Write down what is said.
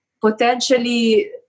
potentially